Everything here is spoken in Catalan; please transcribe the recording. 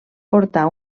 portar